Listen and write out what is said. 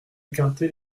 écarté